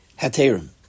Haterim